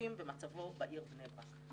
נוספים במצבו בעיר בני ברק.